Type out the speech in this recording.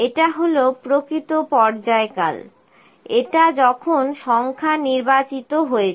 এটা হল প্রকৃত পর্যায়কাল এটা যখন সংখ্যা নির্বাচিত হয়েছে